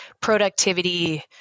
productivity